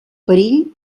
perill